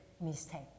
mistake